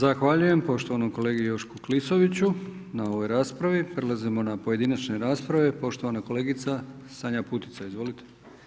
Zahvaljujem poštovanom kolegi Jošku Klisoviću, na ovoj raspravi, prelazimo na pojedinačne rasprave, poštovana kolegica Sanja Putica, izvolite.